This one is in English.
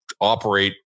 Operate